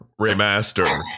remaster